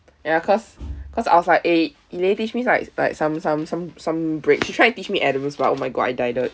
ya because cause I was like eh elaine teach me like some some some some breaks she try and teach me adam's but oh my god I died-ed